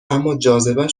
اماجاذبه